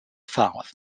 south